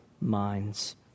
minds